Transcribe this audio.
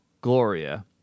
Gloria